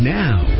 now